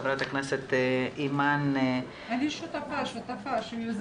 חברת הכנסת אימאן ח'טיב יאסין --- אני שותפה ויוזמת.